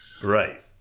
right